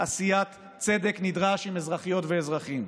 עשיית צדק נדרש עם אזרחיות ואזרחים,